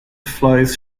flows